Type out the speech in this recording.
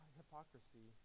hypocrisy